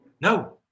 No